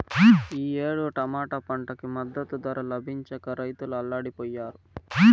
ఈ ఏడు టమాటా పంటకి మద్దతు ధర లభించక రైతులు అల్లాడిపొయ్యారు